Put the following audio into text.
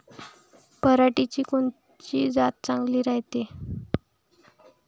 पऱ्हाटीची कोनची जात चांगली रायते?